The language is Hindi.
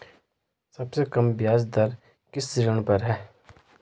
सबसे कम ब्याज दर किस ऋण पर है?